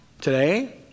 today